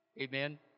Amen